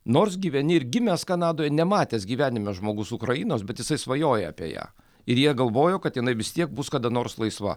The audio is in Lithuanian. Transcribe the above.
nors gyveni ir gimęs kanadoje nematęs gyvenime žmogus ukrainos bet jisai svajoja apie ją ir jie galvojo kad jinai vis tiek bus kada nors laisva